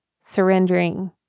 surrendering